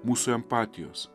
mūsų empatijos